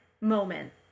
moment